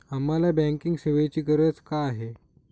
आम्हाला बँकिंग सेवेची गरज का आहे?